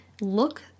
look